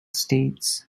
states